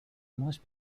most